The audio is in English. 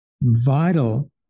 vital